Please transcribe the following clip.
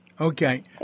Okay